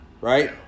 Right